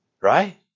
Right